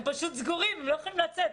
הם פשוט סגורים ולא יכולים לצאת.